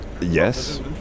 yes